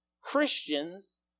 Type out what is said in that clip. Christians